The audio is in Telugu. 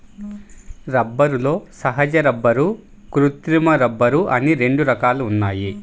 రబ్బరులో సహజ రబ్బరు, కృత్రిమ రబ్బరు అని రెండు రకాలు ఉన్నాయి